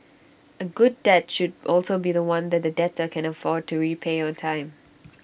A good debt should also be The One that the debtor can afford to repay on time